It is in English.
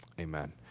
Amen